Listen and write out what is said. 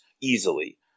easily